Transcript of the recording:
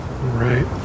Right